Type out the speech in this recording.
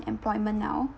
unemployment now